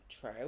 true